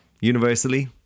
universally